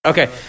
Okay